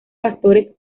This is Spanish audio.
pastores